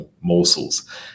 morsels